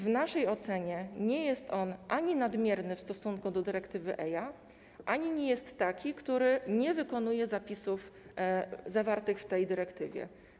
W naszej ocenie nie jest on ani nadmierny w stosunku do dyrektywy EIA, ani nie jest taki, który nie wykonuje zapisów zawartych w tej dyrektywie.